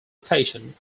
station